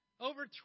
over